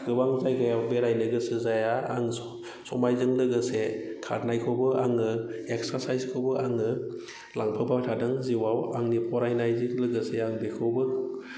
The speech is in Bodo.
गोबां जायगायाव बेरायनो गोसो जाया आं समजों लोगोसे खारनायखौबो आङो एक्सारसाइसखौबो आङो लांफाबाय थाफादों जिउआव आंनि फरायनायजों लोगोसे आं बेखौबो